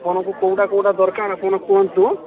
ଆପଣଙ୍କୁ କେଉଁଟା କେଉଁଟା ଦରକାର ଆପଣ କୁହନ୍ତୁ